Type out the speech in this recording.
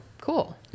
Cool